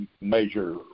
major